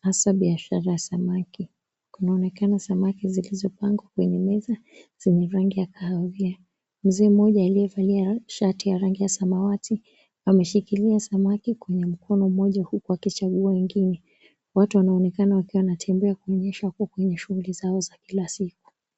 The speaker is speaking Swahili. hasa biashara ya samaki. Kuna onekana samaki zilizopangwa kwenye meza zenye rangi ya kahawia. Mzee mmoja aliyevalia shati ya rangi ya samawati ameshikilia samaki kwenye mkono mmoja huku akichagua ingine. Watu wanaonekana wakiwa wanatembea kuonyehswa hapo kuna shughli zao za kila siku.